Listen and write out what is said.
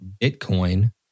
Bitcoin